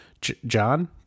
John